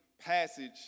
passage